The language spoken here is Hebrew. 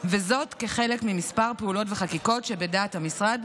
וזאת כחלק מכמה פעולות וחקיקות שבדעת המשרד